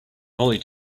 mollie